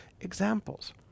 examples